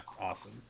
awesome